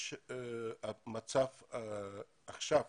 יש עכשיו